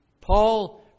Paul